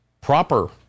proper